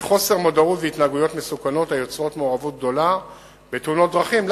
וחוסר מודעות והתנהגויות מסוכנות היוצרות מעורבות גדולה בתאונות דרכים,